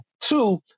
Two